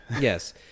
Yes